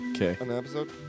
Okay